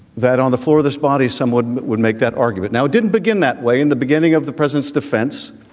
that on the floor of this body, someone would make that argument. now, didn't begin that way in the beginning of the president's defense.